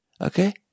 Okay